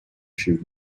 she